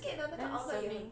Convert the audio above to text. like then serving